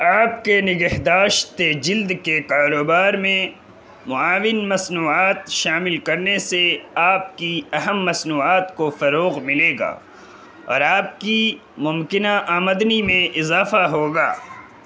آپ کے نگہداشت جلد کے کاروبار میں معاون مصنوعات شامل کرنے سے آپ کی اہم مصنوعات کو فروغ ملے گا اور آپ کی ممکنہ آمدنی میں اضافہ ہوگا